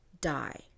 die